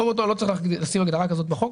ומפעילה את כל שיקול הדעת בהתאם לחוק.